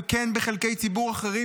וכן בחלקי ציבור אחרים,